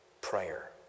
prayer